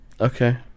Okay